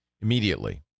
immediately